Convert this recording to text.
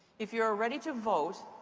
if you are ready to vote,